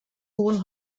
hohen